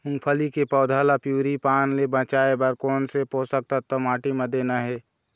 मुंगफली के पौधा ला पिवरी पान ले बचाए बर कोन से पोषक तत्व माटी म देना हे?